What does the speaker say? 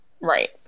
Right